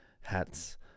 hats